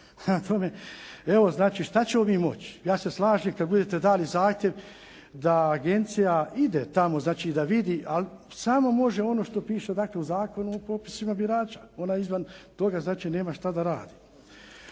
tome, evo znači šta ćemo mi moći? Ja se slažem kad budete dali zahtjev da agencija ide tamo, da vidi ali samo može ono što piše u Zakonu o popisima birača. Ona izvan toga nema šta da radi.